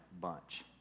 bunch